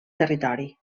territori